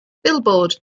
billboard